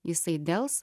jisai dels